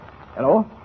Hello